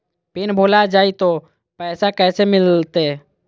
Pin भूला जाई तो पैसा कैसे मिलते?